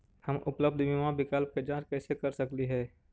हम उपलब्ध बीमा विकल्प के जांच कैसे कर सकली हे?